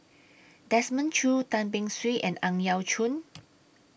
Desmond Choo Tan Beng Swee and Ang Yau Choon